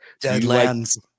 Deadlands